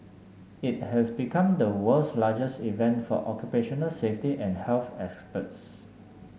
it has become the world's largest event for occupational safety and health experts